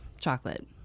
chocolate